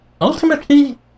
ultimately